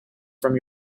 from